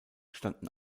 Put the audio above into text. standen